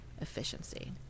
Efficiency